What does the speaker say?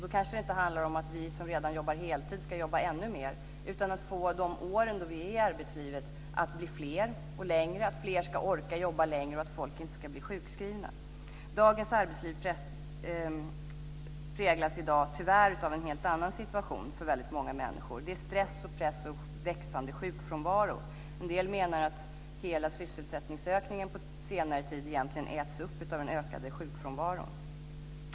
Då kanske det inte handlar om att vi som redan jobbar heltid ska jobba ännu mer utan om att få de år då vi är i arbetslivet att bli fler, att fler ska orka jobba längre och att folk inte ska bli sjukskrivna. Dagens arbetsliv präglas tyvärr av en helt annan situation för väldigt många människor. Det är stress, press och växande sjukfrånvaro. En del menar att hela sysselsättningsökningen på senare tid egentligen äts upp av den ökade sjukfrånvaron.